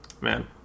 Man